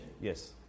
Yes